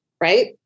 right